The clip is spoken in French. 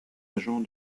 agent